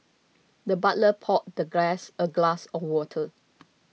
the butler poured the guest a glass of water